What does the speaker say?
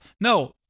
no